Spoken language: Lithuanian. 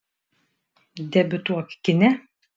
debiutuok kine